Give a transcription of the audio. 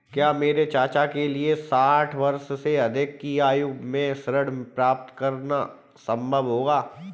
क्या मेरे चाचा के लिए साठ वर्ष से अधिक की आयु में ऋण प्राप्त करना संभव होगा?